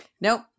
Nope